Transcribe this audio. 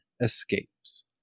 escapes